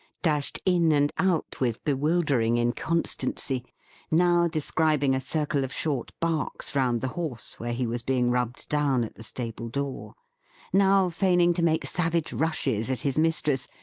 dashed in and out with bewildering inconstancy now describing a circle of short barks round the horse, where he was being rubbed down at the stable-door now feigning to make savage rushes at his mistress,